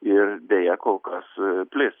ir deja kol kas plis